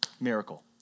miracle